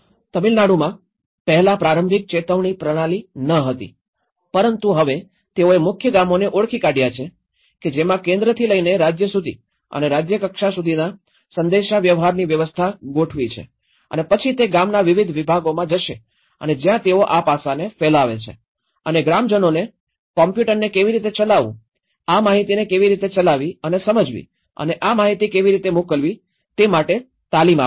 તમિળનાડુમાં પહેલા પ્રારંભિક ચેતવણી પ્રણાલી ન હતી પરંતુ હવે તેઓએ મુખ્ય ગામોને ઓળખી કાઢ્યા છે કે જેમાં કેન્દ્રથી લઈને રાજ્ય સુધી અને રાજ્ય કક્ષા સુધીના સંદેશાવ્યવહારની વ્યવસ્થા ગોઠવી છે અને પછી તે ગામના વિવિધ વિભાગોમાં જશે અને જ્યાં તેઓ આ પાસાને ફેલાવે છે અને ગ્રામજનોને કમ્પ્યુટરને કેવી રીતે ચલાવવું આ માહિતીને કેવી રીતે ચલાવવી અને સમજવી અને આ માહિતી કેવી રીતે મોકલવી તે માટે તાલીમ આપે છે